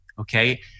okay